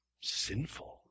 sinful